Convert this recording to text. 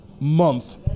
Month